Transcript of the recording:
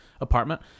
apartment